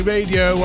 Radio